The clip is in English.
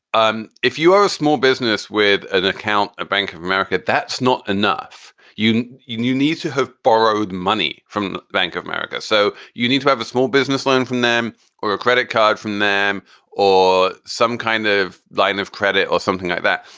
um if you are a small business with an account of bank of america, that's not enough. you know, you need to have borrowed money from bank of america. so you need to have a small business loan from them or a credit card from them or some kind of line of credit or something like that.